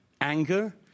anger